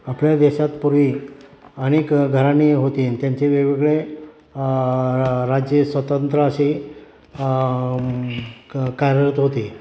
आपल्या देशात पूर्वी अनेक घराणी होती आणि त्यांचे वेगवेगळे राज्ये स्वतंत्र असे क कार्यरत होते